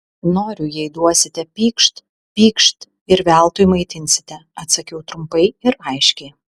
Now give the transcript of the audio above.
noriu jei duosite pykšt pykšt ir veltui maitinsite atsakiau trumpai ir aiškiai